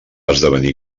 esdevenir